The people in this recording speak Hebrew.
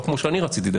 לא כמו שאני רציתי.